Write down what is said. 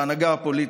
להנהגה הפוליטית,